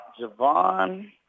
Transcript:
Javon